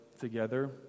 together